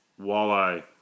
walleye